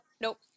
nope